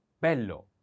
Bello